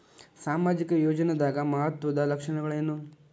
ಸಾಮಾಜಿಕ ಯೋಜನಾದ ಮಹತ್ವದ್ದ ಲಕ್ಷಣಗಳೇನು?